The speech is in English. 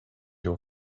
your